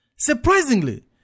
Surprisingly